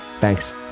Thanks